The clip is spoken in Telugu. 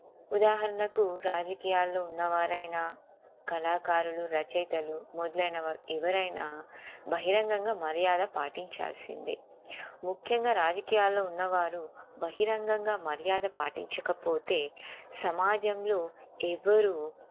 ఉదాహరణకు రాజకీయాల్లో ఉన్నవారైనా కళాకారులు రచయితలు మొదలైన వారు ఎవరైనా బహిరంగంగా మర్యాద పాటించాల్సిందే ముఖ్యంగా రాజకీయాల్లో ఉన్నవారు బహిరంగంగా మర్యాద పాటించకపోతే సమాజంలో ఎవ్వరు